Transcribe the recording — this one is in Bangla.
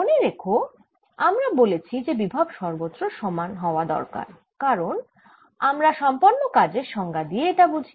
মনে রেখো আমরা বলেছি যে বিভব সর্বত্র সমান হওয়া দরকার কারণ আমরা সম্পন্ন কাজের সংজ্ঞা দিয়ে এটি বুঝি